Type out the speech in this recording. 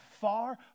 far